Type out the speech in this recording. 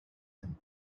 them